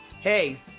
Hey